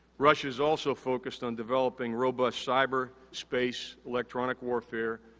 russia's also focused on developing robust cyber, space, electronic warfare,